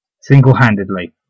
single-handedly